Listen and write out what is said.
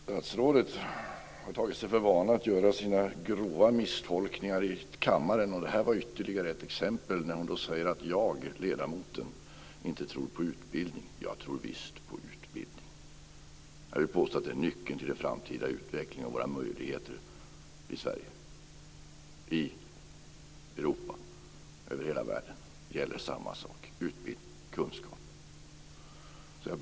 Fru talman! Statsrådet har tagit för vana att göra sina grova misstolkningar i kammaren. Det här var ytterligare ett exempel när hon säger att jag, ledamoten, inte tror på utbildning. Jag tror visst på utbildning. Jag vill påstå att det är nyckeln till den framtida utvecklingen av våra möjligheter i Sverige, i Europa och i hela världen. Överallt gäller samma sak: utbildning och kunskap.